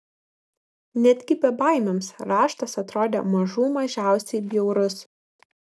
netgi bebaimiams raštas atrodė mažų mažiausiai bjaurus